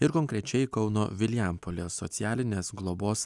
ir konkrečiai kauno vilijampolės socialinės globos